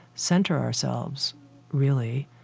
center ourselves really,